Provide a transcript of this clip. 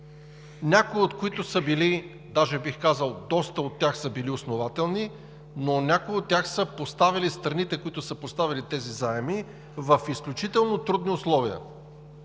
някои от които са били – даже бих казал доста от тях, основателни, но някои от тях са поставяли страните, които са вземали тези заеми, в изключително трудни условия.